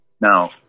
Now